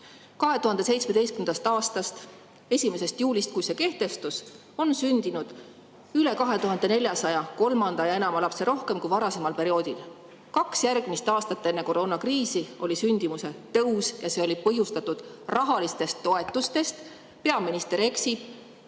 2017. aasta 1. juulist, kui see kehtestus, on sündinud üle 2400 kolmanda ja enama lapse rohkem kui varasemal perioodil. Kaks järgmist aastat enne koroonakriisi oli sündimuse tõus ja see oli põhjustatud rahalistest toetustest. Peaminister eksib.